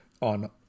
on